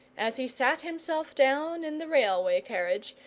as he sat himself down in the railway carriage,